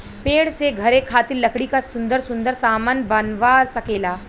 पेड़ से घरे खातिर लकड़ी क सुन्दर सुन्दर सामन बनवा सकेला